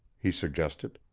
he suggested.